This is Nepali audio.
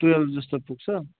ट्वेल्भ जस्तो पुग्छ